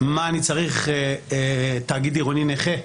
מה אני צריך תאגיד עירוני נכה?